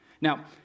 Now